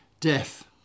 death